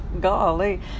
golly